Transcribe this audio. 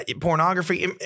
pornography